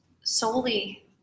solely